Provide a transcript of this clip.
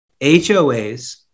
HOAs